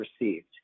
received